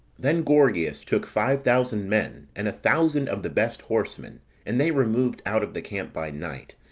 then gorgias took five thousand men, and a thousand of the best horsemen and they removed out of the camp by night.